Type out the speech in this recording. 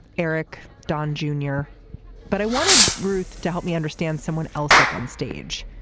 erik dorn junior but i wanted ruth to help me understand someone else up on stage.